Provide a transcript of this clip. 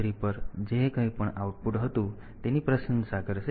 3 પર જે કંઈપણ આઉટપુટ હતું તેની પ્રશંસા કરશે